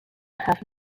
have